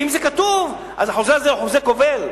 ואם זה כתוב אז החוזה הזה הוא חוזה כובל,